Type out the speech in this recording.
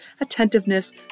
attentiveness